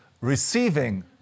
receiving